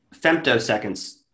femtoseconds